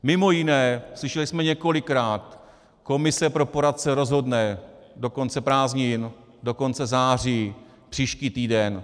Mimo jiné slyšeli jsme několikrát: komise pro poradce rozhodne do konce prázdnin, do konce září, příští týden.